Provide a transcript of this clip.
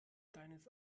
deines